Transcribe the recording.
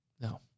No